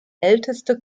älteste